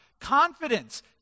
Confidence